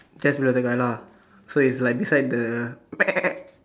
just another guy lah so it's like beside the